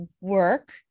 work